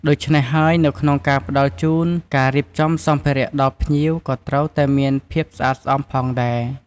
ដូច្នេះ ហើយនៅក្នុងការផ្ដល់ជូន ការរៀបចំសម្ភារៈដល់ភ្ញៀវក៏ត្រូវតែមានភាពស្អាតស្អំផងដែរ។